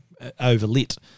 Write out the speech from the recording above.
overlit